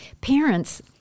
parents